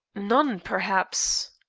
none, perhaps.